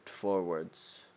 forwards